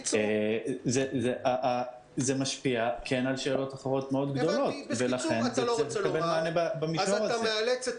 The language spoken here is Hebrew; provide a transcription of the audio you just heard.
זה משפיע על שאלות אחרות גדולות מאוד ויצטרך לקבל מענה במישור הזה.